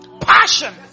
Passion